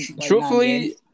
Truthfully